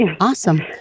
Awesome